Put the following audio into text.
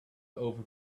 over